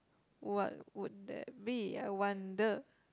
what would that be I wonder